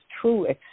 true